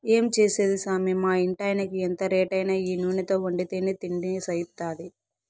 ఏం చేసేది సామీ మా ఇంటాయినకి ఎంత రేటైనా ఈ నూనెతో వండితేనే తిండి సయిత్తాది